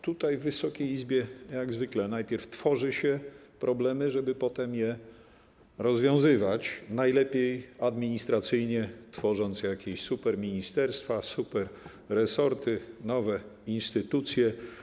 Tutaj, w Wysokiej Izbie, jak zwykle najpierw tworzy się problemy, żeby potem je rozwiązywać, najlepiej administracyjnie tworząc jakieś superministerstwa, superresorty, nowe instytucje.